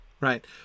right